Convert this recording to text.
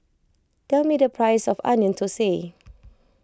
tell me the price of Onion Thosai